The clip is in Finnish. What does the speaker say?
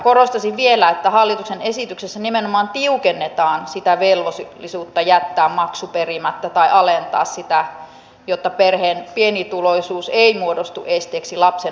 korostaisin vielä että hallituksen esityksessä nimenomaan tiukennetaan sitä velvollisuutta jättää maksu perimättä tai alentaa sitä jotta perheen pienituloisuus ei muodostu esteeksi lapsen osallistumiselle toimintaan